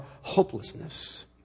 hopelessness